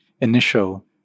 initial